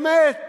למעט